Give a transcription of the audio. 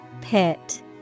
Pit